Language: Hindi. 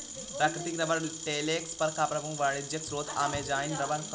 प्राकृतिक रबर लेटेक्स का प्रमुख वाणिज्यिक स्रोत अमेज़ॅनियन रबर का पेड़ है